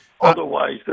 Otherwise